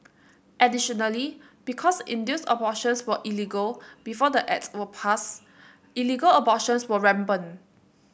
additionally because induced abortions were illegal before the Act was passed illegal abortions were rampant